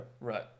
Right